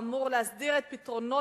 שאמור להסדיר את פתרונות